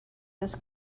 this